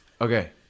Okay